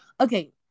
Okay